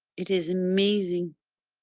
it is amazing.